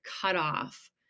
cutoff